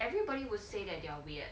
everybody would say that they are weird